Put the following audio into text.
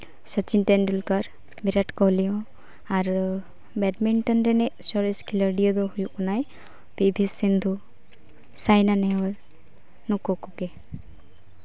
ᱥᱚᱪᱤᱱ ᱛᱮᱱᱰᱩᱞᱠᱟᱨ ᱵᱤᱨᱟᱴ ᱠᱳᱦᱞᱤ ᱦᱚᱸ ᱟᱨ ᱵᱮᱰᱢᱤᱱᱴᱚᱱ ᱨᱤᱱᱤᱡ ᱥᱚᱨᱮᱥ ᱠᱷᱮᱞᱳᱰᱤᱭᱟᱹ ᱫᱚᱭ ᱦᱩᱭᱩᱜ ᱠᱟᱱᱟᱭ ᱯᱤ ᱵᱷᱤ ᱥᱤᱱᱫᱷᱩ ᱥᱟᱭᱱᱟ ᱱᱮᱦᱩᱞ ᱱᱩᱠᱩ ᱠᱚᱜᱮ